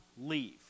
leave